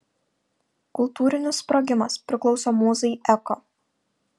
kultūrinis sprogimas priklauso mūzai eko